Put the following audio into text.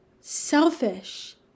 selfish